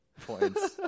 points